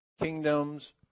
kingdoms